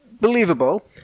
believable